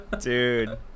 Dude